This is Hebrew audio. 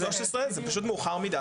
גיל שלוש עשרה זה פשוט מאוחר מדי.